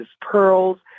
pearls